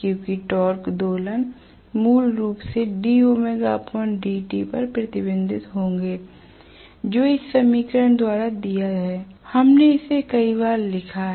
क्योंकि टॉरक दोलन मूल रूप से पर प्रतिबिंबित होते हैं जो इस समीकरण द्वारा दिया है हमने इसे कई बार लिखा है